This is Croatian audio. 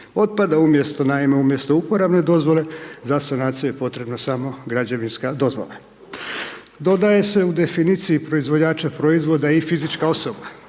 otpada, umjesto, naime, umjesto uporabne dozvole, za sanaciju je potrebno samo građevinska dozvola. Dodaje se u definiciji proizvođača proizvoda i fizička osoba.